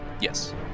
Yes